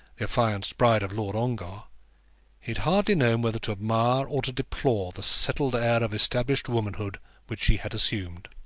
the affianced bride of lord ongar, he had hardly known whether to admire or to deplore the settled air of established womanhood which she had assumed.